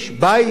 בית,